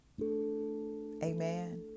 Amen